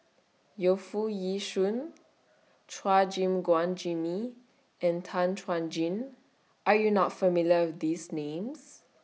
Yu Foo Yee Shoon Chua Gim Guan Jimmy and Tan Chuan Jin Are YOU not familiar with These Names